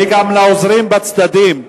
גם העוזרים בצדדים,